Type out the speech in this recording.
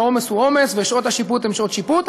העומס הוא עומס ושעות השיפוט הן שעות שיפוט.